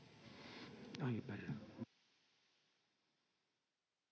kiitos